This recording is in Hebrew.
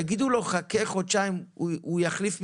אם יתנו לו לחכות חודשיים הוא יחליף מקצוע.